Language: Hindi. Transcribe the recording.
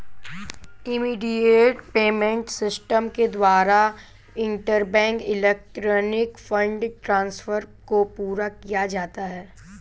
इमीडिएट पेमेंट सिस्टम के द्वारा इंटरबैंक इलेक्ट्रॉनिक फंड ट्रांसफर को पूरा किया जाता है